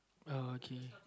oh okay